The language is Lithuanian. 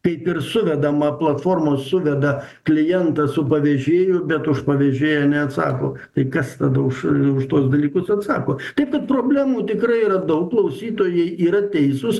taip ir suvedama platformos suveda klientą su pavėžėju bet už pavėžėją neatsako tai kas tada už už tuos dalykus atsako taip kad problemų tikrai yra daug klausytojai yra teisūs